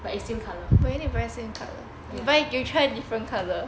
but it same colour ya